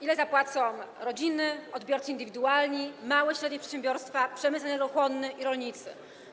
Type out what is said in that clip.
Ile zapłacą rodziny, odbiorcy indywidualni, małe i średnie przedsiębiorstwa, przemysł energochłonny i rolnicy?